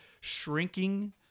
shrinking